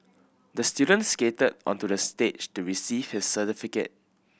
the student skated onto the stage to receive his certificate